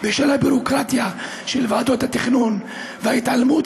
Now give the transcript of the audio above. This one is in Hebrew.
בשל הביורוקרטיה של ועדות התכנון וההתעלמות